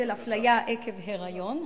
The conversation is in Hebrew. של אפליה עקב היריון,